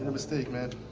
mistake man.